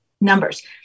numbers